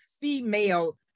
female